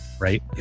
Right